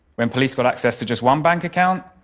when police got access to just one bank account,